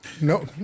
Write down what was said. No